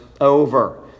over